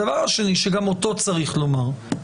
הדבר השני שגם אותו צריך לומר,